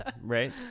Right